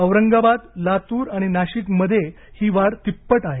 औरंगाबाद लातूर आणि नाशिक मध्ये ही वाढ तिप्पट आहे